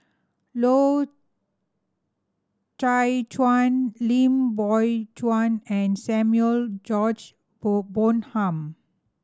Loy Chye Chuan Lim Biow Chuan and Samuel George Bonham